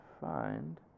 find